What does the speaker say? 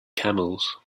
camels